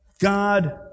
God